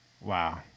Wow